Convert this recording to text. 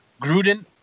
Gruden